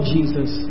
Jesus